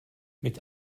mit